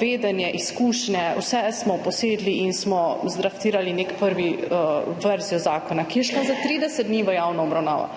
vedenje, izkušnje, vse smo posedli in smo zdraftirali neko prvo verzijo zakona, ki je šla za 30 dni v javno obravnavo.